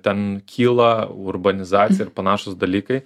ten kyla urbanizacija ir panašūs dalykai